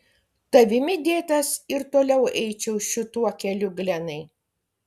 tavimi dėtas ir toliau eičiau šituo keliu glenai